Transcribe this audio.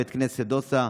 בית כנסת דוסא,